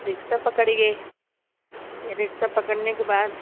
रिक्सा पकड़िए रिक्सा पकड़ने के बाद